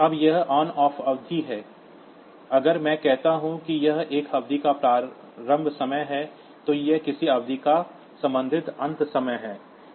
अब यह on off अवधि है अगर मैं कहता हूं कि यह एक अवधि का प्रारंभ समय है तो यह किसी अवधि का संबंधित अंत समय है